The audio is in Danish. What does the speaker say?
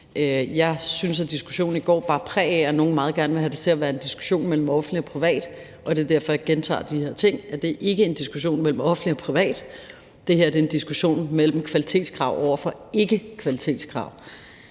Jeg synes, at diskussionen i går bar præg af, at nogle meget gerne vil have det til at være en diskussion mellem offentligt og privat, og det er derfor, at jeg gentager de her ting, nemlig at det ikke er en diskussion mellem offentligt og privat. Det her er en diskussion mellem kvalitetskrav over for ikkekvalitetskrav.